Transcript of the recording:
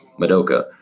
Madoka